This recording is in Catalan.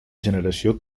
generació